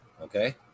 Okay